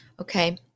Okay